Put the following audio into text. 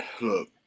Look